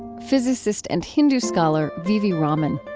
physicist and hindu scholar v v. raman.